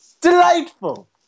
Delightful